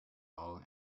hall